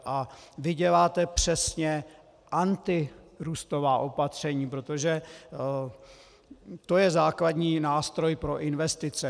A vy děláte přesně antirůstová opatření, protože to je základní nástroj pro investice.